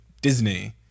Disney